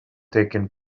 taking